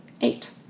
Eight